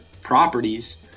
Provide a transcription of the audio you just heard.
properties